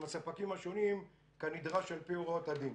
הספקים השונים כנדרש על פי הוראות הדין.